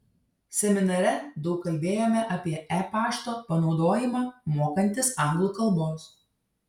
seminare daug kalbėjome apie e pašto panaudojimą mokantis anglų kalbos